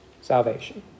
salvation